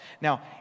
Now